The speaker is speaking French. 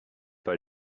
pas